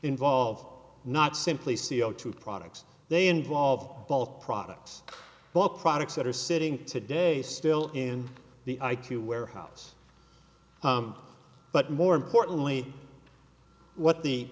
involve not simply c o two products they involve both products while products that are sitting today still in the i q warehouse but more importantly what the